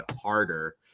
Harder